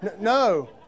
no